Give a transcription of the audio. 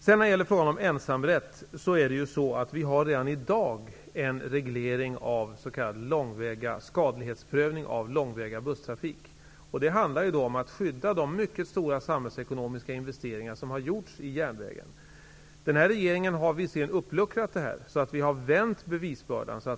När det gäller frågan om ensamrätt har vi redan i dag en s.k. skadlighetsprövning av långväga busstrafik. Det handlar om att skydda de mycket stora samhällsekonomiska investeringar som har gjorts i järnvägen. Den här regeringen har visserligen luckrat upp prövningen. Vi har vänt bevisbördan.